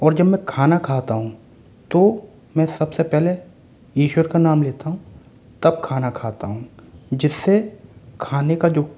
और जब मैं खाना खाता हूँ तो मैं सबसे पहले ईश्वर का नाम लेता हूँ तब खाना खाता हूँ जिससे खाने का जो